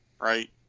right